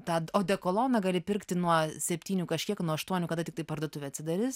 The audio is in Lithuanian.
tą odekoloną gali pirkti nuo septynių kažkiek nuo aštuonių kada tiktai parduotuvė atsidarys